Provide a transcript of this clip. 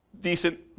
decent